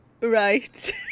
Right